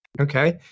Okay